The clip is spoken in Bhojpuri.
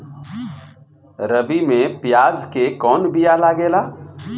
रबी में प्याज के कौन बीया लागेला?